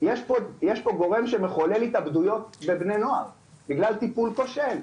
יש פה גורם שמחולל התאבדויות בבני נוער בגלל טיפול כושל.